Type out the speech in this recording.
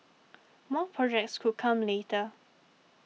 more projects could come later